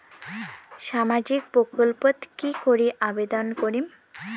সামাজিক প্রকল্পত কি করি আবেদন করিম?